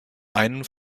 einen